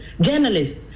journalists